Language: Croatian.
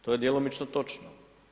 To je djelomično točno.